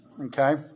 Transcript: okay